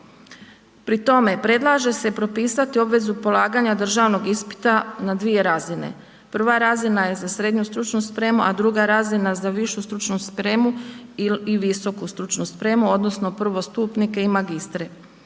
Pri tome predlaže se propisati i obvezu polaganja državnog ispita na dvije razine. Prva razina je za srednju stručnu spremu a druga razina za višu stručnu spremu i visoku stručnu spremu, odnosno prvostupnike i magistre.